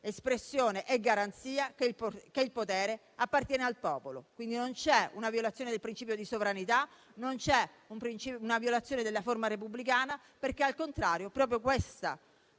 evidente garanzia che il potere appartiene al popolo. Non c'è quindi una violazione del principio di sovranità, una violazione della forma repubblicana perché, al contrario, proprio questa